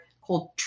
called